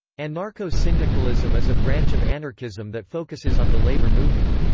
anarcho-syndicalism is a branch of anarchism that focuses on the labour movement.